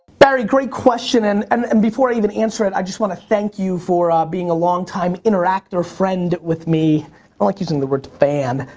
barry, great question, and and and before i even answer it, i just want to thank you for ah being a long time interactor friend with me. i don't like using the word fan,